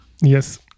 Yes